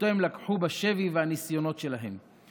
שאותו הם לקחו בשבי בניסיונות שלהם.